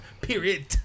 Period